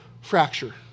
fracture